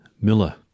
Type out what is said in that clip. Miller